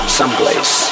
someplace